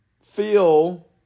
feel